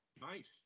Nice